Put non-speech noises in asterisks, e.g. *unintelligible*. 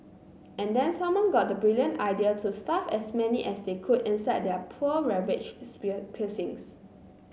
and then someone got the brilliant idea to stuff as many as they could inside their poor ravaged *unintelligible* pier piercings